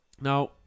Now